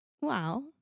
Wow